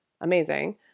amazing